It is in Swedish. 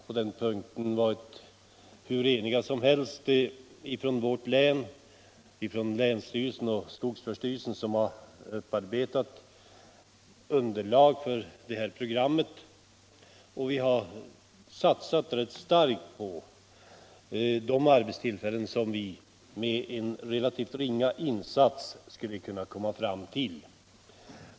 På den punkten har vi varit hur eniga som helst inom vårt län tillsammans med länsstyrelsen och skogsvårdsstyrelsen, som har arbetat fram underlag för detta program. Vi har satsat rätt starkt på de arbetstillfällen som vi med en relativt ringa insats skulle kunna skapa.